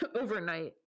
overnight